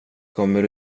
kommer